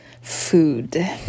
food